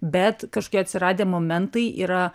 bet kažkokie atsiradę momentai yra